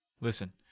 listen